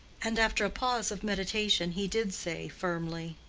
and after a pause of meditation he did say, firmly,